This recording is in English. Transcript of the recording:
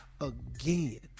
again